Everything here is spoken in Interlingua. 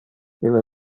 ille